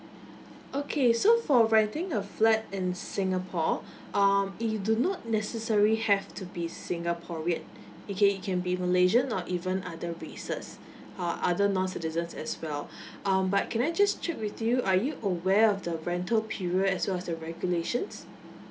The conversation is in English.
okay so for renting a flat in singapore um you do not necessary have to be singaporean okay you can be malaysia or even other races uh other non citizens as well um but can I just check with you are you aware of the rental period as well as the regulations